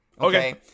Okay